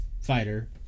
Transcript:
fighter